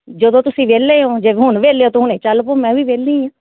ਜਦੋਂ ਤੁਸੀਂ ਵਿਹਲੇ ਹੋ ਜੇ ਹੁਣ ਵਿਹਲੇ ਤਾਂ ਹੁਣੇ ਚੱਲ ਪਓ ਮੈਂ ਵੀ ਵਿਹਲੀ ਹਾਂ